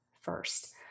first